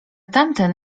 tamten